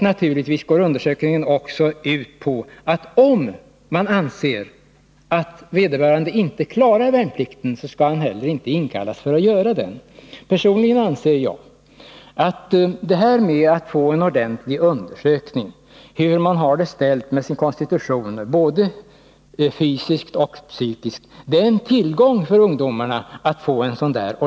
Naturligtvis går undersökningen också ut på att Fredagen den vederbörande, om man anser att han inte klarar värnplikten, inte heller skall 13 november 1981 inkallas för att göra den. Personligen anser jag att det här med att få en ordentlig undersökning — hur man har det ställt med sin konstitution, både Om förfarandet fysiskt och psykiskt — är en tillgång för ungdomarna.